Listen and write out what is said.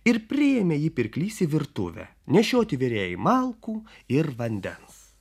ir priėmė jį pirklys į virtuvę nešioti virėjai malkų ir vandens